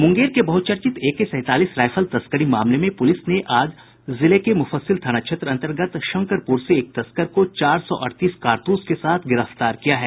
मुंगेर के बहुचर्चित एके सैंतालीस राइफल तस्करी मामले में पुलिस ने आज जिले के मुफ्फसिल थाना क्षेत्र अन्तर्गत शंकरपुर से एक तस्कर को चार सौ अड़तीस कारतूस के साथ गिरफ्तार किया है